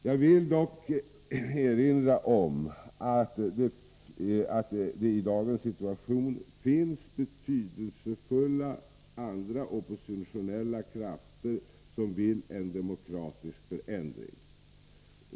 Jag vill dock erinra om att det i dagens situation finns betydelsefulla andra oppositionella krafter som vill en demokratisk förändring.